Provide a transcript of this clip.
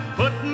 put